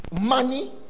money